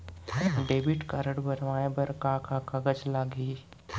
Debit card बनवाये बर का का कागज लागही?